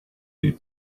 you